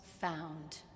found